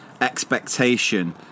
expectation